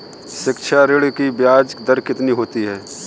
शिक्षा ऋण की ब्याज दर कितनी होती है?